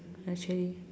actually